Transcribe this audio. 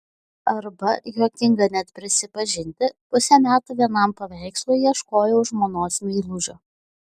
arba juokinga net prisipažinti pusę metų vienam paveikslui ieškojau žmonos meilužio